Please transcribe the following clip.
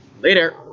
Later